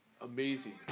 amazing